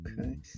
Okay